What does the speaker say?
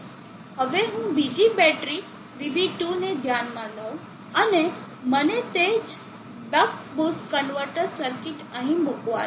હવે હું બીજી બેટરી VB2 ને ધ્યાનમાં લઉં અને મને તે જ બેક બૂસ્ટ કન્વર્ટર સર્કિટ અહીં મુકવા દો